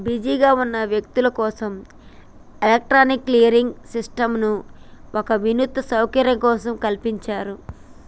బిజీగా ఉన్న వ్యక్తులు కోసం ఎలక్ట్రానిక్ క్లియరింగ్ సిస్టంను ఒక వినూత్న సౌకర్యంగా కల్పించారు